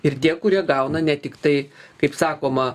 ir tie kurie gauna ne tiktai kaip sakoma